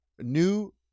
new